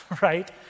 right